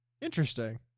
Interesting